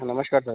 हा नमस्कार सर